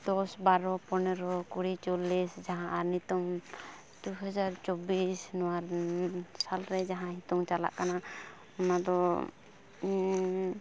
ᱫᱚᱥ ᱵᱟᱨᱚ ᱯᱚᱱᱮᱨᱚ ᱠᱩᱲᱤ ᱪᱚᱞᱞᱤᱥ ᱡᱟᱦᱟᱸ ᱟᱨ ᱱᱤᱛᱚᱝ ᱫᱩᱦᱟᱡᱟᱨ ᱪᱚᱵᱽᱵᱤᱥ ᱱᱚᱣᱟ ᱥᱟᱞᱨᱮ ᱡᱟᱦᱟᱸ ᱦᱤᱛᱚᱝ ᱪᱟᱞᱟᱜ ᱠᱟᱱᱟ ᱚᱱᱟᱫᱚ